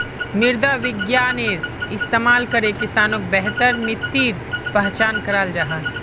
मृदा विग्यानेर इस्तेमाल करे किसानोक बेहतर मित्तिर पहचान कराल जाहा